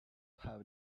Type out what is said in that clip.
have